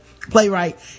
playwright